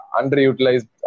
underutilized